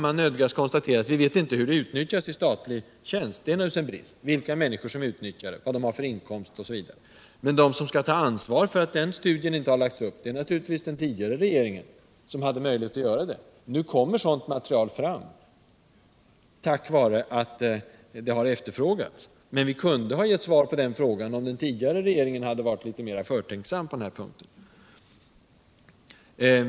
Vi nödgas konstatera att vi inte vet hur den utnyttjas i Statlig tjänst — vilka människor som utnyttjar den, vilka inkomster dessa hur, osv. Det är naturligtvis en brist. Men ansvaret för att det inte gjorts någon studie om det bär naturligtvis den tidigare regeringen, som hade möjlighet att göra den. Nu kommer sådant material att framläggas tack vare att det har efterfrågats. Men vi kunde ha haft svar på dessa frågor. om den tidigare regeringen hade varit litet mer förtänksam.